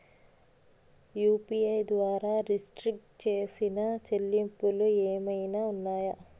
UPI ద్వారా restrict చేసిన చెల్లింపులు ఏమైనా ఉన్నాయా?